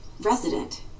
Resident